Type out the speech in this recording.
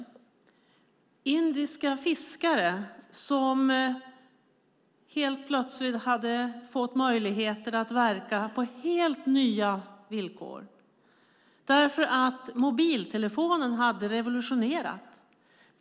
Det handlade om indiska fiskare som plötsligt hade fått möjligheten att verka på helt nya villkor därför att mobiltelefonen hade revolutionerat deras tillvaro.